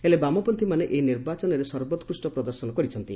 ହେଲେ ବାମପନ୍ଥୀମାନେ ଏହି ନିର୍ବାଚନରେ ସର୍ବୋକ୍ରୁଷ୍ଟ ପ୍ରଦର୍ଶନ କରିଛନ୍ତି